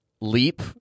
leap